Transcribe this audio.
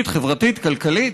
סביבתית, חברתית, כלכלית.